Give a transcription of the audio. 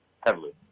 heavily